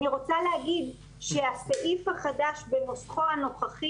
אני רוצה להגיד שהסעיף החדש בנוסחו הנוכחי